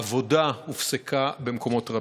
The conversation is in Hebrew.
העבודה הופסקה במקומות רבים.